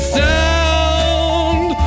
sound